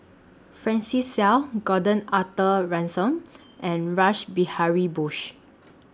Francis Seow Gordon Arthur Ransome and Rash Behari Bose